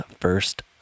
first